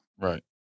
Right